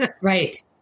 Right